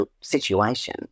situation